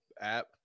app